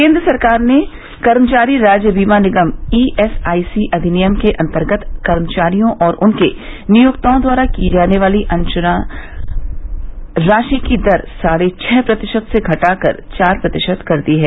केन्द्र सरकार ने कर्मचारी राज्य बीमा निगम ईएसआईसी अधिनियम के अन्तर्गत कर्मचारियों और उनके नियोक्ताओं द्वारा दी जाने वाली अंशदान राशि की दर साढ़े छह प्रतिशत से घटाकर चार प्रतिशत कर दी है